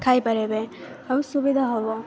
ଖାଇପାରିବେ ଆଉ ସୁବିଧା ହେବ